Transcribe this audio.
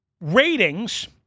ratings